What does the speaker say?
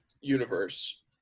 universe